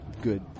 good